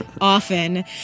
Often